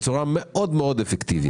בצורה מאוד אפקטיבית.